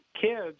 kids